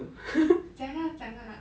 讲啊讲啊